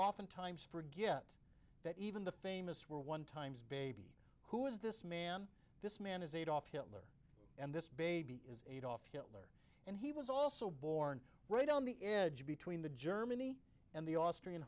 oftentimes forget that even the famous we're one times baby who is this man this man is adolf hitler and this baby is eight off hitler and he was also born right on the edge between the germany and the austrian